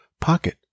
pocket